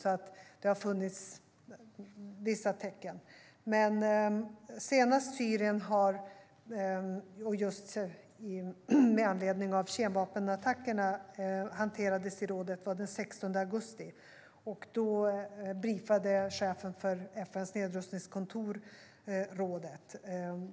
Det har alltså funnits vissa tecken. Senast kemvapenattackerna i Syrien hanterades i rådet var den 16 augusti, då chefen för FN:s nedrustningskontor briefade rådet.